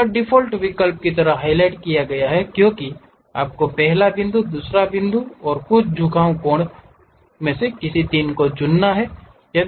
यहां डिफ़ॉल्ट विकल्प को हाइलाइट किया गया है क्योंकि आपको पहला बिंदु दूसरा बिंदु कुछ झुकाव कोण 3 चुनना है